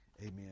amen